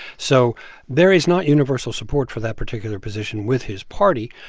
so there is not universal support for that particular position with his party.